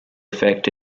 effect